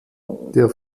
der